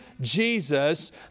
Jesus